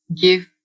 give